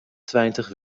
tweintich